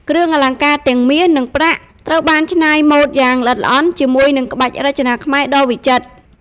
គ្រឿងអលង្ការទាំងមាស និងប្រាក់ ត្រូវបានច្នៃម៉ូដយ៉ាង ល្អិតល្អន់ ជាមួយនឹង ក្បាច់រចនាខ្មែរដ៏វិចិត្រ។